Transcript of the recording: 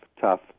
tough